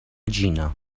جینا